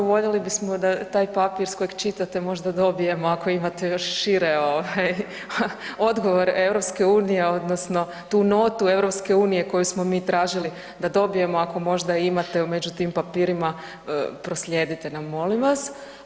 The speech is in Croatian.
Voljeli bismo da taj papir s kojeg čitate možda dobijemo ako imate još šire odgovor EU odnosno tu notu EU koju smo mi tražili da dobijemo ako možda imate među tim papirima, proslijedite nam molim vas.